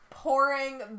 Pouring